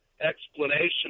explanation